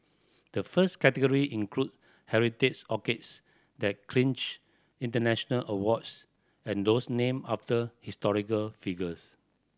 the first category include heritage orchids that clinched international awards and those named after historical figures